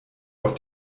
auf